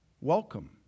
welcome